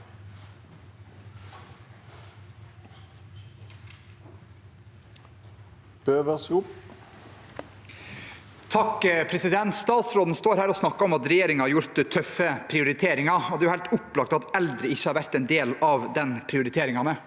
(H) Statsråden står her og snakker om at regjeringen har gjort tøffe prioriteringer, og det er helt opplagt at eldre ikke har vært en del av de prioriteringene.